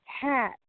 hat